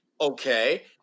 Okay